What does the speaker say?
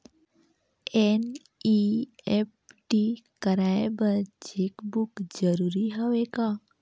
NEFT कराय बर cheque book जरूरी हवय का?